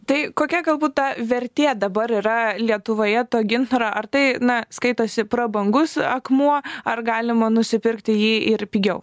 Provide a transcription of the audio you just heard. tai kokia galbūt ta vertė dabar yra lietuvoje to gintaro ar tai na skaitosi prabangus akmuo ar galima nusipirkti jį ir pigiau